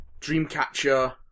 Dreamcatcher